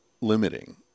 limiting